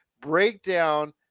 breakdown